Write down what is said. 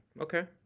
Okay